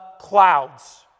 clouds